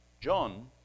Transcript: John